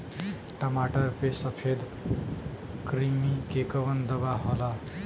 टमाटर पे सफेद क्रीमी के कवन दवा होला?